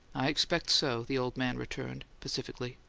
i expect so, the old man returned, pacifically.